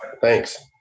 Thanks